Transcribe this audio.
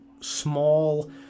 ...small